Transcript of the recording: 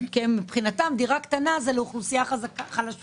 כי מבחינתם דירה קטנה היא לאוכלוסייה חלשה.